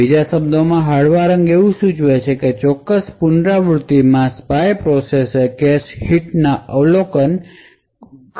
બીજા શબ્દોમાં હળવા રંગ સૂચવે છે કે તે ચોક્કસ પુનરાવૃત્તિમાં સ્પાય પ્રોસેસ એ કેશ હિટ્સ અવલોકન કર્યું હતું